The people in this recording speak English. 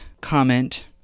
comment